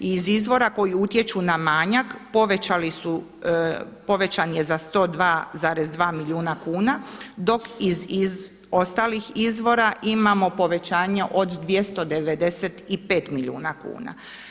Iz izvora koji utječu na manjak povećali su, povećan je za 102,2 milijuna kuna, dok iz ostalih izvora imamo povećanje od 295 milijuna kuna.